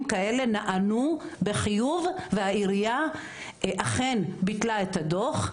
כאלה נענו בחיוב והעירייה אכן ביטלה את הדוח,